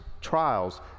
trials